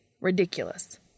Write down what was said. Ridiculous